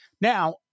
Now